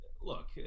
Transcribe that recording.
look